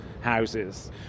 houses